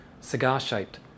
Cigar-shaped